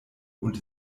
und